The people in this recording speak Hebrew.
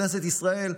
כנסת ישראל,